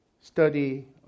study